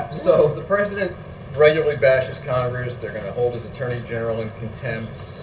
so the president regularly bashes congress. they're going to hold his attorney general in contempt.